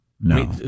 no